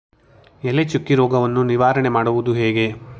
ಎಲೆ ಚುಕ್ಕಿ ರೋಗವನ್ನು ನಿವಾರಣೆ ಮಾಡುವುದು ಹೇಗೆ?